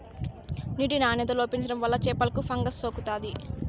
నీటి నాణ్యత లోపించడం వల్ల చేపలకు ఫంగస్ సోకుతాది